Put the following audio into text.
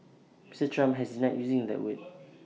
Mr Trump has not using that word